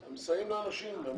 הם מסייעים לאנשים.